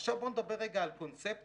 עכשיו בוא נדבר רגע על קונספציות,